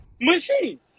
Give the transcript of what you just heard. machine